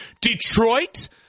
Detroit